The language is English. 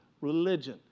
Religion